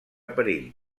perill